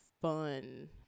fun